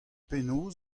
penaos